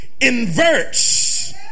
inverts